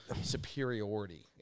superiority